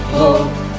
hope